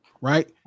Right